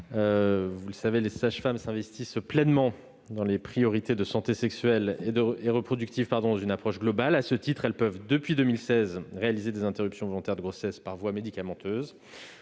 Vous le savez, les sages-femmes s'investissent pleinement dans les questions de santé sexuelle et reproductive, dans une approche globale. À ce titre, elles peuvent, depuis 2016, réaliser des interruptions volontaires de grossesse par voie médicamenteuse.